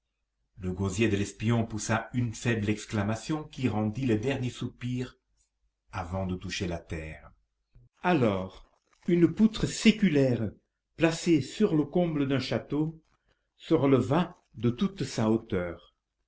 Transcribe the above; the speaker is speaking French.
le gosier de l'espion poussa une faible exclamation qui rendit le dernier soupir avant de toucher la terre alors une poutre séculaire placée sur le comble d'un château se releva de toute sa hauteur